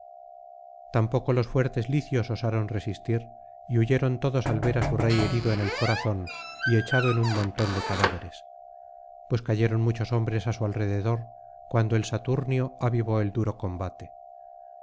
tampoco los fuertes hcios osaron resistir y huyeron todos al ver á su rey herido en el corazón y echado en un montón de cadáveres pues cayeron muchos hombres á su alrededor cuando el saturnio avivó el duro combate